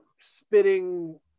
spitting